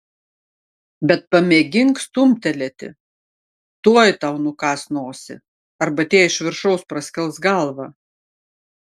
bet pamėgink stumtelėti tuoj tau nukąs nosį arba tie iš viršaus praskels galvą